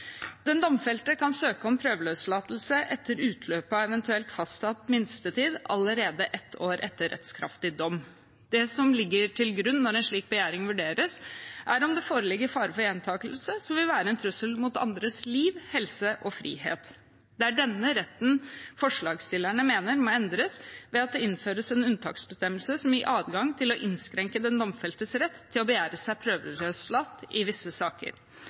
Den domfelte kan søke om prøveløslatelse etter utløpet av eventuelt fastsatt minstetid allerede ett år etter rettskraftig dom. Det som ligger til grunn når en slik begjæring vurderes, er om det foreligger fare for gjentakelse som vil være en trussel mot andres liv, helse og frihet. Det er denne retten forslagsstillerne mener må endres ved at det innføres en unntaksbestemmelse som gir adgang til å innskrenke den domfeltes rett til å begjære seg prøveløslatt i visse saker.